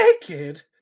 naked